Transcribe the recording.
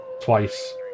twice